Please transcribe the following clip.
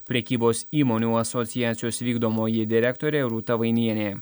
prekybos įmonių asociacijos vykdomoji direktorė rūta vainienė